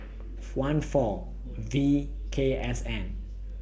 one four V K S N